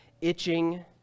itching